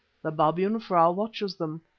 the babyan-frau watches them.